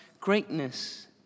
greatness